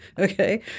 okay